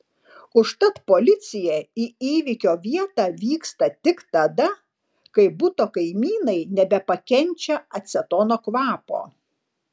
užtat policija į įvykio vietą vyksta tik tada kai buto kaimynai nebepakenčia acetono kvapo